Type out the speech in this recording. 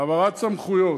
העברת סמכויות: